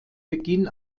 beginn